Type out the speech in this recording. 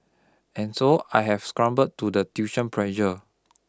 and so I have succumbed to the tuition pressure